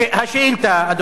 השאילתא, אדוני.